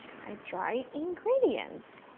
my dry ingredients.